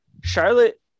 Charlotte